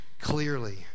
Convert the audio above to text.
clearly